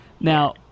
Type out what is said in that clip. Now